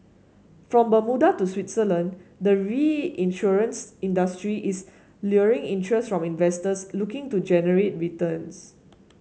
from Bermuda to Switzerland the reinsurance industry is luring interest from investors looking to generate returns